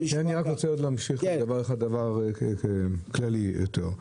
אני רוצה לדבר על משהו כללי יותר.